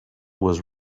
was